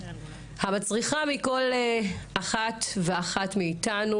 המצריכה מכל אחד ואחת מאיתנו